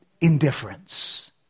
indifference